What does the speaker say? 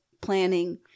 planning